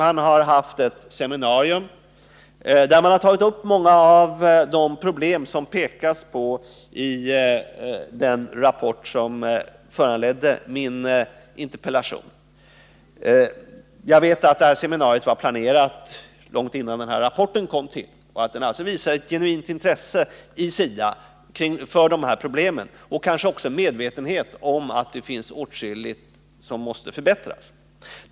Man har haft ett seminarium där man tagit upp många av de problem som påvisas i den rapport som föranledde min interpellation. Jag vet att detta seminarium var planerat långt innan den här rapporten kom till. Det visar alltså på ett genuint intresse inom SIDA för de här problemen och kanske också på en medvetenhet om att det finns åtskilligt som måste förbättras.